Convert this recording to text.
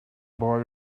boy